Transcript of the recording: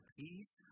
peace